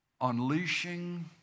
Unleashing